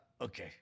Okay